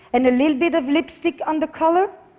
and a little bit of lipstick on the collar.